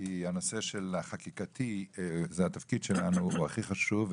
כי הנושא החקיקתי הוא התפקיד שלנו והוא הכי חשוב.